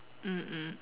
mm mm